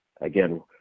again